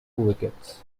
wickets